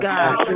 God